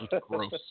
gross